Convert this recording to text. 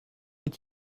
est